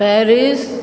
Paris